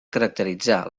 caracteritzar